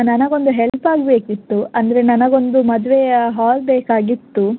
ನನಗೊಂದು ಹೆಲ್ಪ್ ಆಗಬೇಕಿತ್ತು ಅಂದರೆ ನನಗೊಂದು ಮದುವೆಯ ಹಾಲ್ ಬೇಕಾಗಿತ್ತು